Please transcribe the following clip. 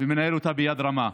ומנהל אותה ביד רמה.